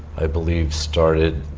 i believe, started